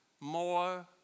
More